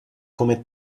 come